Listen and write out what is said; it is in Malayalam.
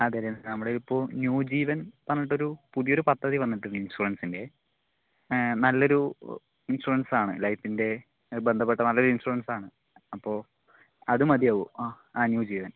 അതെ അല്ലെ നമ്മുടെ ഇപ്പോൾ ന്യൂ ജീവൻ പറഞ്ഞിട്ടൊരു പുതിയൊരു പദ്ധതി വന്നിട്ടുണ്ട് ഇൻഷുറൻസിൻ്റെ നല്ലൊരു ഇൻഷുറൻസ് ആണ് ലൈഫിൻ്റെ ബന്ധപ്പെട്ട നല്ലൊരു ഇൻഷുറൻസ് ആണ് അപ്പോൾ അത് മതിയാകുമോ ആ ന്യൂ ചെയ്യുവാൻ